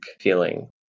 feeling